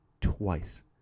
twice